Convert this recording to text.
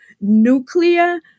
nuclear